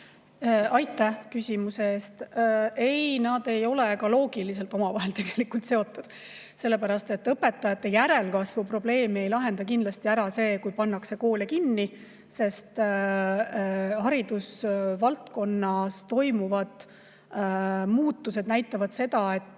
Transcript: Aitäh küsimuse eest! Ei, nad ei ole ka loogiliselt omavahel seotud, sest õpetajate järelkasvu probleemi ei lahenda kindlasti ära see, kui pannakse koole kinni. Haridusvaldkonnas toimuvad muutused näitavad, et